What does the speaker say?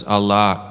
Allah